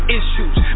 issues